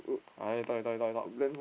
ah you talk you talk you talk